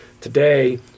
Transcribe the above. Today